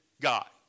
God